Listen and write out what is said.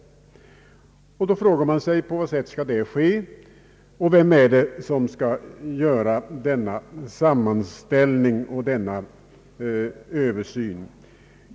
Frågan är då: På vilket sätt skall det ske? Vem skall göra denna sammanställning och denna översyn?